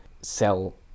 sell